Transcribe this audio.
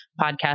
podcast